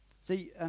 See